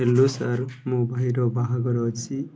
hello sir ମୋ ଭାଇର ବାହାଘର ଅଛି